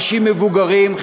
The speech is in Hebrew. אנשים מבוגרים,